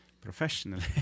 professionally